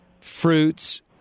fruits